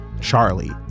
Charlie